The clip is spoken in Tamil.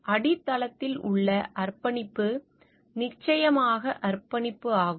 அடித்தளத்தில் உள்ள அர்ப்பணிப்பு நிச்சயமாக அர்ப்பணிப்பு ஆகும்